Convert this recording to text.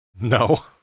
No